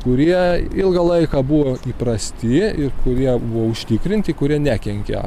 kurie ilgą laiką buvo įprasti ir kurie buvo užtikrinti kurie nekenkia